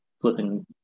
flipping